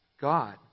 God